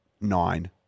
Nine